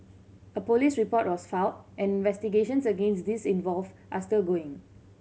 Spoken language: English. a police report was filed and investigations against these involved are still ongoing